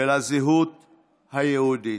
ולזהות היהודית,